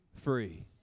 free